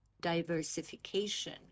diversification